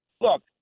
look